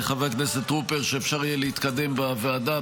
חבר הכנסת טרופר, שאפשר יהיה להתקדם בוועדה.